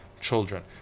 children